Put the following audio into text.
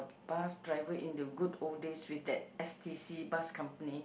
bus driver in the good old days with that s_t_c bus company